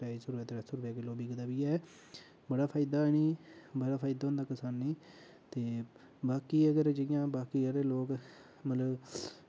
ढाई सौ रपेआ त्रै सौ रपेआ किलो बिकदा बी ऐ बड़ा फायदा इ'नेंगी बड़ा फायदा होंदा किसानें गी ते बाकी अगर जियां बाकी आह्ले लोग मतलब